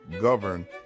govern